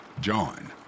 John